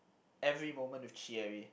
every moment with